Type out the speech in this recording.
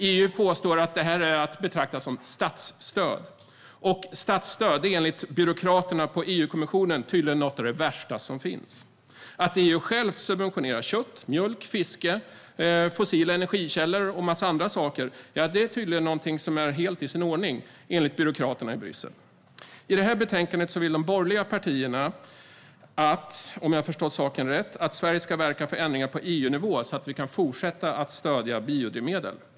EU påstår att det är att betrakta som ett statsstöd, och statsstöd är enligt byråkraterna på EU-kommissionen tydligen något av det värsta som finns. Att EU självt subventionerar kött, mjölk, fiske, fossila energikällor och en massa annat är tydligen något som är helt i sin ordning, i alla fall enligt byråkraterna i Bryssel. I det här betänkandet vill de borgerliga partierna, om jag förstått saken rätt, att Sverige ska verka för ändringar på EU-nivå så att vi kan fortsätta att stödja biodrivmedel.